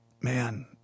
man